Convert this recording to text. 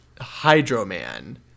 Hydro-Man